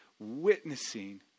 witnessing